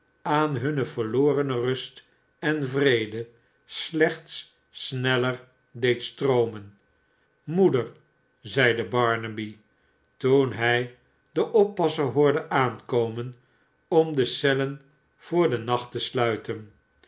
aan hunne verlorene rust en vrede slechts sneller deed stroomen moeder zeide barnaby toen hij den oppasser hoorde aankomen om de cellen voor den nacht te sluiten